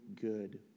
good